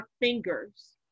fingers